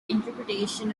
interpretation